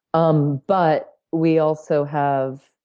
um but we also have